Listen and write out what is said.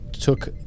took